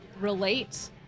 relate